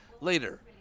later